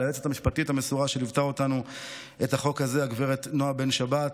ליועצת המשפטית המסורה שליוותה את החוק הזה גב' נעה בן שבת,